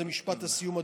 זה משפט הסיום,